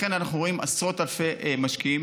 לכן אנחנו רואים עשרות אלפי משקיעים